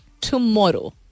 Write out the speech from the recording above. tomorrow